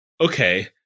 okay